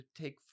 take